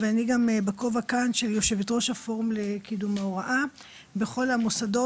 אבל אני גם בכובע כאן של יושבת ראש הפורום לקידום ההוראה בכל המוסדות,